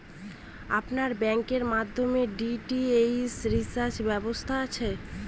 আপনার ব্যাংকের মাধ্যমে ডি.টি.এইচ রিচার্জের ব্যবস্থা আছে?